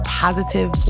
positive